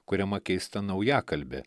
kuriama keista naujakalbė